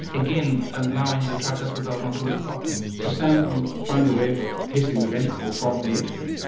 again allowing the tricuspid valve not to work properly. so sam, you've found a way of pacing the ventricle from the atrium?